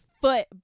foot